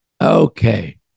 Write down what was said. Okay